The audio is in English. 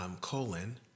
colon